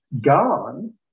gone